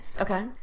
Okay